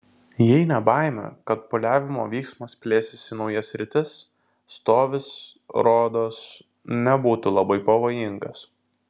jei ne baimė kad pūliavimo vyksmas plėsis į naujas sritis stovis rodos nebūtų labai pavojingas